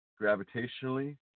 gravitationally